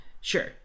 Sure